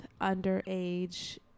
underage